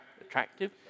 attractive